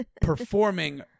performing